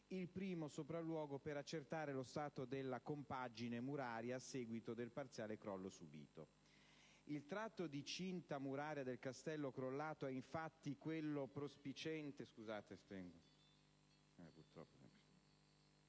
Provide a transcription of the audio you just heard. il primo sopralluogo per accertare lo stato della compagine muraria a seguito del parziale crollo subito. Il tratto di cinta muraria del Castello crollato è, infatti, quello prospiciente